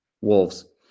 Wolves